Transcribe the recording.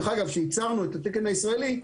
דרך אגב, כשייצרנו את התקן הישראלי,